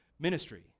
ministry